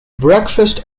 breakfast